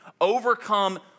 overcome